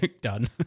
done